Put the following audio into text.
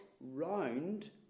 round